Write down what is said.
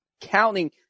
counting